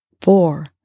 four